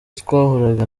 twahuraga